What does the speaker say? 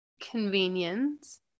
convenience